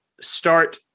start